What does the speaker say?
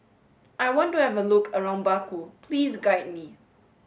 I want to have a look around Baku please guide me